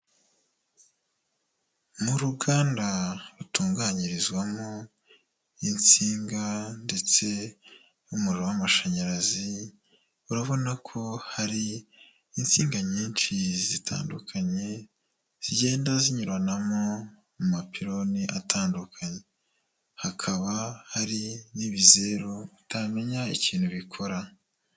Mu ruganda rutunganyirizwamo insinga ndetse n'umuriro w'amashanyarazi, urabona ko hari insinga nyinshi zitandukanye zigenda zinyuranamo mu mapironi atandukanye, hakaba hari n'ibizeru utamenya ikintu bikora.